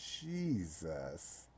jesus